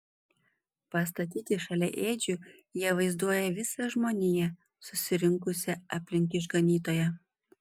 pastatyti šalia ėdžių jie vaizduoja visą žmoniją susirinkusią aplink išganytoją